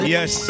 Yes